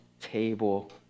table